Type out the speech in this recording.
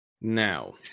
Now